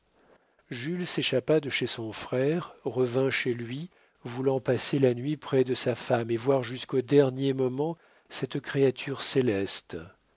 jules s'échappa de chez son frère revint chez lui voulant passer la nuit près de sa femme et voir jusqu'au dernier moment cette créature céleste